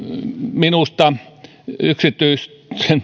minusta